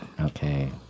Okay